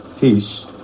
peace